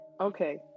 Okay